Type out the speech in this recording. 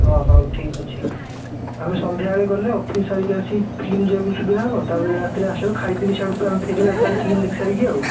ଅ ହଉ ଠିକ୍ଅଛି ଆମେ ସନ୍ଧ୍ୟାବେଳେ ଗଲେ ଅଫିସ୍ ସାରିକି ଆସିକି ଫିଲ୍ମ ଯିବାକୁ ବି ସୁବିଧା ହେବ ତା'ପରେ ରାତିରେ ଆସିଲା ବେଳକୁ ଖାଇପିଇ କି ସିଆଡ଼ୁ ତ ଆମେ ଫେରିବା ଫିଲ୍ମ ଦେଖିସାରିକି ଆଉ